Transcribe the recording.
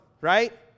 right